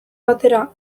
batera